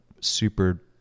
super